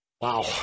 Wow